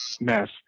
mess